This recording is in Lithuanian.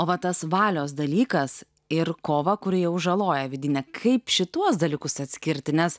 o va tas valios dalykas ir kova kuri jau žaloja vidinę kaip šituos dalykus atskirti nes